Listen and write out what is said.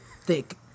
thick